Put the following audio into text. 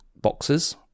boxes